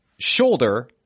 shoulder